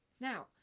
now